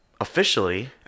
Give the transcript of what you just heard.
Officially